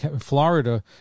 Florida